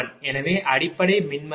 எனவே அடிப்படை மின்மறுப்பு 1